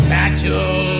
Satchel